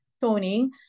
Tony